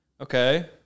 Okay